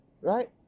Right